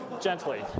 Gently